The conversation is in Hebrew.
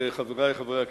חברי חברי הכנסת,